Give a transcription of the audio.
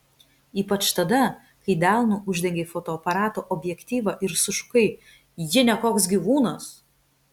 ypač tada kai delnu uždengei fotoaparato objektyvą ir sušukai ji ne koks gyvūnas